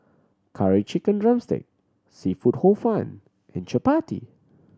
Curry Chicken drumstick seafood Hor Fun and chappati